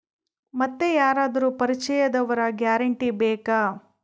ಮತ್ತೆ ಯಾರಾದರೂ ಪರಿಚಯದವರ ಗ್ಯಾರಂಟಿ ಬೇಕಾ?